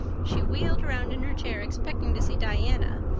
she wheeled around in her chair, expecting to see diana,